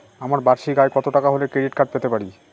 আমার বার্ষিক আয় কত টাকা হলে ক্রেডিট কার্ড পেতে পারি?